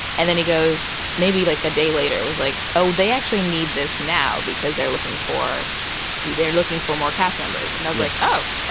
and then he goes maybe like a day later was like, oh, they actually need this now because they're looking for they're looking for more cast members. and i was like, oh,